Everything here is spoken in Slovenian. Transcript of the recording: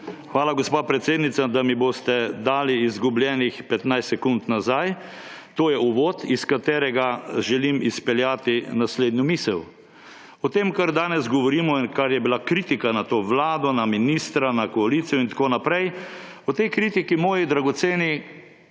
Hvala, gospa predsednica, da mi boste dali izgubljenih 15 sekund nazaj. To je uvod, iz katerega želim izpeljati naslednjo misel. O tem kar danes govorimo in kar je bila kritika na to vlado, na ministra, na koalicijo in tako naprej, o tej kritiki moji dragoceni